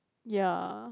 ya